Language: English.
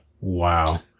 Wow